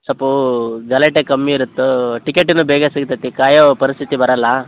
ಸ್ವಲ್ಪ ಗಲಾಟೆ ಕಮ್ಮಿ ಇರತ್ತೆ ಟಿಕೆಟ್ ಇನ್ನು ಬೇಗ ಸಿಗ್ತತೆ ಕಾಯೋ ಪರಿಸ್ಥಿತಿ ಬರಲ್ಲ